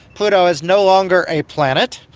pluto is no longer a planet.